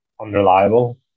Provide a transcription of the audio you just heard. unreliable